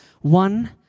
One